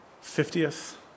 Fiftieth